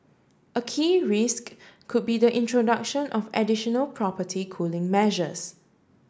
a key risk could be the introduction of additional property cooling measures